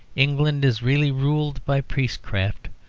england is really ruled by priestcraft,